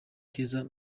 keza